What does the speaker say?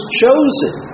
chosen